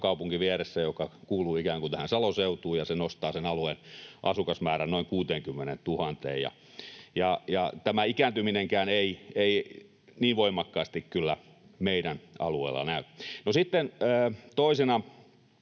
kaupunki, joka kuuluu ikään kuin tähän Salon seutuun, ja se nostaa sen alueen asukasmäärän noin 60 000:een. Tämä ikääntyminenkään ei niin voimakkaasti kyllä meidän alueella näy. No sitten toisena